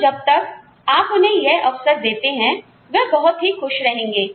तो जब तक आप उन्हें यह अवसर देते हैं वह बहुत ही खुश रहेंगे